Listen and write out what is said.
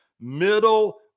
Middle